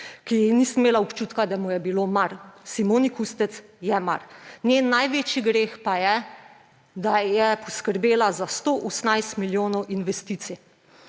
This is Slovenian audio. nisem imela občutka, da mu je bilo mar. Simoni Kustec je mar. Njen največji greh pa je, da je poskrbela za 118 milijonov investicij.